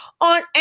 on